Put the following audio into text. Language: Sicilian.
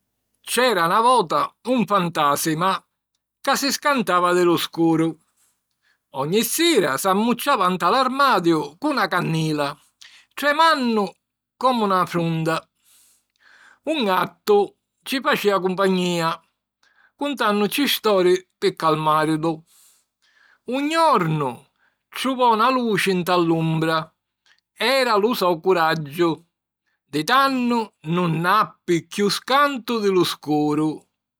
C'era na vota un fantàsima ca si scantava di lu scuru. Ogni sira s'ammucciava nta l'armadiu cu na cannila, tremannu comu na frunda. Un gattu ci facìa cumpagnìa, cuntànnuci stori pi calmàrilu. Un jornu, truvò na luci nta l'umbra: era lu so curaggiu! Di tannu nun appi chiù scantu di lu scuru.